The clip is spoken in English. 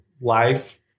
life